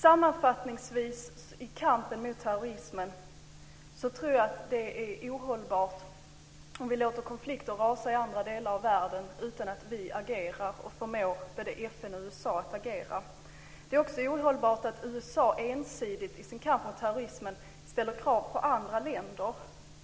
Sammanfattningsvis tror jag att det i kampen mot terrorismen är ohållbart om vi låter konflikter rasa i andra delar av världen utan att vi agerar och förmår både FN och USA att agera. Det är också ohållbart att USA ensidigt i sin kamp mot terrorismen ställer krav på